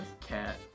Cat